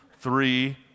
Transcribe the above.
Three